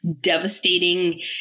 devastating